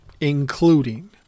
including